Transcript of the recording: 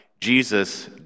Jesus